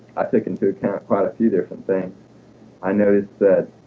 i took into account quite a few different things i noticed that